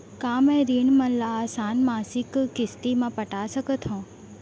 का मैं ऋण मन ल आसान मासिक किस्ती म पटा सकत हो?